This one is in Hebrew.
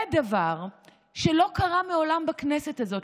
זה דבר שלא קרה מעולם בכנסת הזאת.